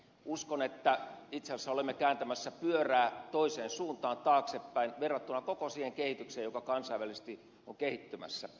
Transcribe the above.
uskon että itse asiassa olemme kääntämässä pyörää toiseen suuntaan taaksepäin verrattuna koko siihen kehitykseen joka kansainvälisesti on kehittymässä